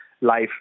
life